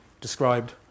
described